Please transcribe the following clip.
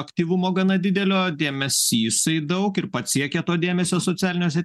aktyvumo gana didelio dėmesy jisai daug ir pats siekia to dėmesio socialiniuose